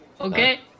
Okay